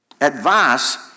advice